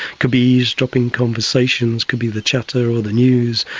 could be eavesdropping conversation, could be the chatter or the news,